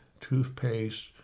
toothpaste